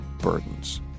burdens